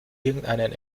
irgendeinen